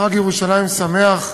חג ירושלים שמח,